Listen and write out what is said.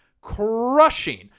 crushing